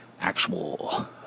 actual